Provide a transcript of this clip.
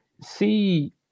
see